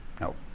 no